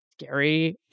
scary